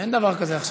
אין דבר כזה עכשיו.